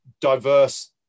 diverse